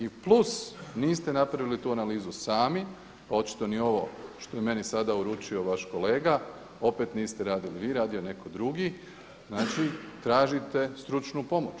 I plus, niste napravili tu analizu sami pa očito ni ovo što je meni sada uručio vaš kolega opet niste radili vi nego je radio neko drugi, znači tražite stručnu pomoć.